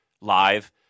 live